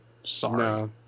Sorry